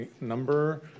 number